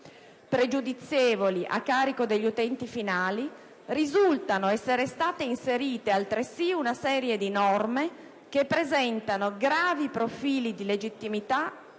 pregiudizievoli a carico degli utenti finali, risultano essere state inserite altresì una serie di norme che presentano gravi profili di legittimità sotto